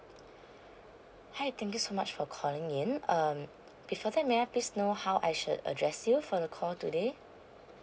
hi thank you so much for calling in um before that may I please know no how I should address you for the call today